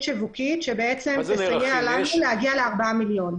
שיווקית שתסייע לנו להגיע לארבעה מיליון.